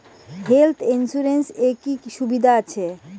Health insurance এ কি কি সুবিধা আছে?